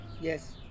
Yes